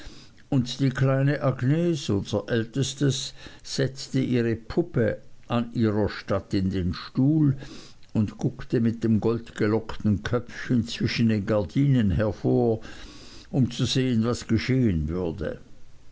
und die kleine agnes unser ältestes setzte ihre puppe an ihrer statt in den stuhl und guckte mit dem goldgelockten köpfchen zwischen den gardinen hervor um zu sehen was geschehen würde